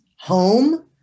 home